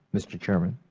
mr. chairman.